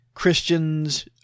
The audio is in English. Christians